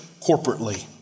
corporately